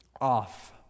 off